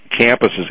campuses